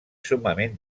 summament